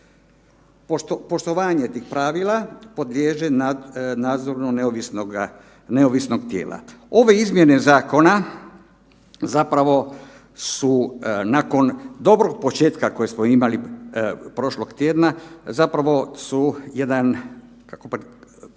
Poštovanje tih pravila poliježe nadzoru neovisnog tijela“. Ove izmjene zakona zapravo su nakon dobrog početka kojeg smo imali prošlog tjedna zapravo su jedan zastoj u